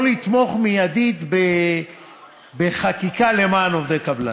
לתמוך מיידית בחקיקה למען עובדי קבלן.